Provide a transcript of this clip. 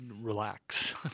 relax